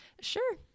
sure